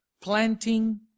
Planting